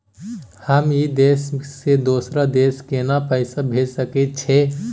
हम ई देश से दोसर देश केना पैसा भेज सके छिए?